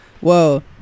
whoa